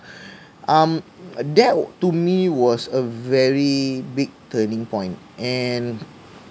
um that to me was a very big turning point and